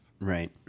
Right